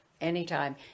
anytime